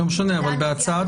בהצעת